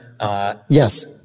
Yes